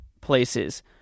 places